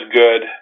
good